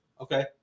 okay